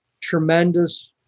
tremendous